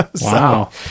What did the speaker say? Wow